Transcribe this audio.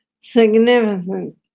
Significant